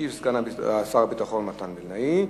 ישיב סגן שר הביטחון מתן וילנאי.